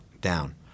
down